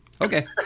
okay